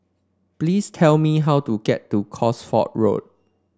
please tell me how to get to Cosford Road